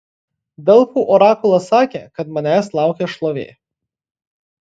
delfų orakulas sakė kad manęs laukia šlovė